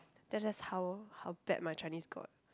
that's just how how bad my Chinese got